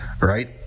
right